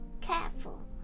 careful